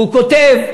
הוא כותב: